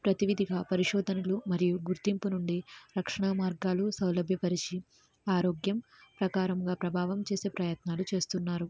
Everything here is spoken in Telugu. ప్రతినిధిగా పరిశోధనలు మరియు గుర్తింపు నుండి రక్షణా మార్గాలు సౌలభ్య పరిషీ ఆరోగ్యం ప్రకారంగా ప్రభావం చేసే ప్రయత్నాలు చేస్తున్నారు